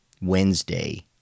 Wednesday